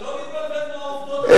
שלא נתבלבל מהעובדות,